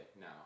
now